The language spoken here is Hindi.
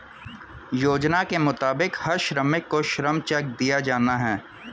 योजना के मुताबिक हर श्रमिक को श्रम चेक दिया जाना हैं